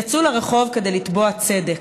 יצאו לרחוב כדי לתבוע צדק.